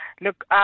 Look